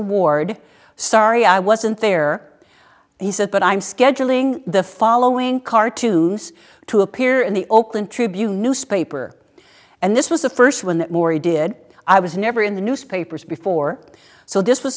award sorry i wasn't there he said but i'm scheduling the following cartoons to appear in the oakland tribune newspaper and this was the first when maury did i was never in the newspapers before so this was